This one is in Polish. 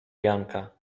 janka